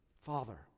father